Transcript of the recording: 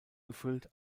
gefüllt